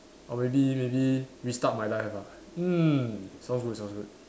or maybe maybe restart my life ah mm sounds good sounds good